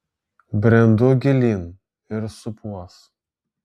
brendu gilyn ir supuos